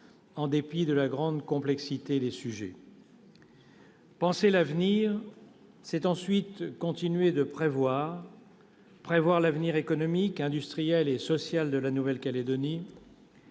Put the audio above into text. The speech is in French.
en dépit de la grande complexité des sujets. Penser l'avenir, c'est ensuite continuer de prévoir : prévoir l'avenir économique, industriel et social de la Nouvelle-Calédonie.